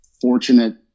fortunate